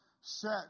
set